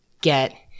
get